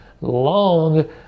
long